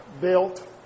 built